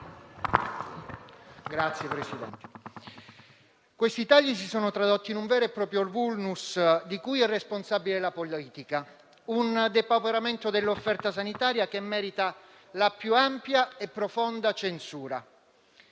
Questi tagli si sono tradotti in un vero e proprio *vulnus*, di cui è responsabile la politica, e in un depauperamento dell'offerta sanitaria, che merita la più ampia e profonda censura.